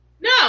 No